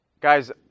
Guys